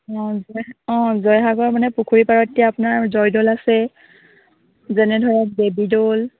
অঁ জয় অঁ জয়সাগৰ মানে পুখুৰী পাৰত এতিয়া আপোনাৰ জয়দৌল আছে যেনে ধৰক দেৱীদৌল